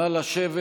נא לשבת.